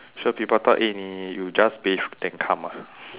sure people thought eh 你 you just bathe then come ah